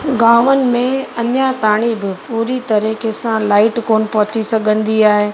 गावनि में अञा ताईं बि पूरी तरीक़े सां लाइट कोन पहुची सघंदी आहे